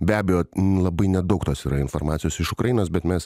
be abejo labai nedaug tos informacijos iš ukrainos bet mes